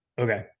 Okay